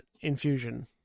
infusion